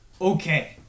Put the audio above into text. okay